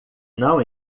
não